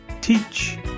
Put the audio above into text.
teach